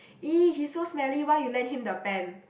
!ee! he's so smelly why you lend him the pen